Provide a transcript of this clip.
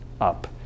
up